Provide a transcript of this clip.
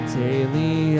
daily